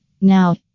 now